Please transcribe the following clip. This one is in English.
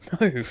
No